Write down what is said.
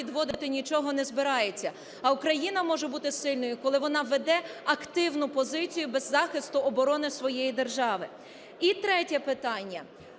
І третє питання.